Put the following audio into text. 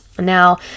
now